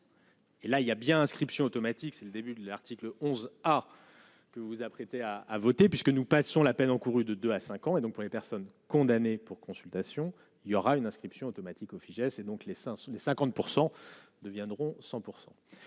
Et là, il y a bien, inscription automatique, c'est le début de l'article 11 alors que vous vous apprêtez à à voter puisque nous passons la peine encourue de 2 à 5 ans et donc pour les personnes condamnées pour consultation il y aura une inscription automatique au Fijais et donc l'essence, les 50 % deviendront 100